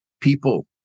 people